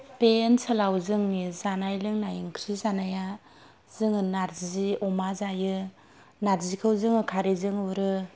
बे ओनसोलाव जोंनि जानाय लोंनाय ओंख्रि जानाया जोङो नारजि अमा जायो नारजिखौ जोङो खारैजों उरो